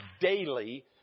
daily